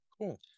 cool